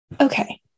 okay